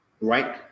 right